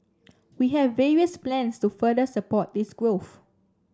we have various plans to further support this growth